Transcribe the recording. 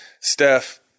Steph